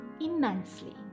immensely